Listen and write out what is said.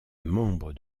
membre